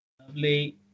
Lovely